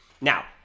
now